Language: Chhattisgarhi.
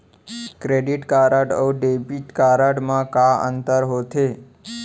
क्रेडिट कारड अऊ डेबिट कारड मा का अंतर होथे?